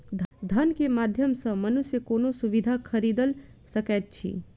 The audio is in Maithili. धन के माध्यम सॅ मनुष्य कोनो सुविधा खरीदल सकैत अछि